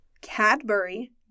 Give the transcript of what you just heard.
Cadbury